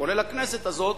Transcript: כולל הכנסת הזאת,